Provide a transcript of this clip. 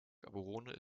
gaborone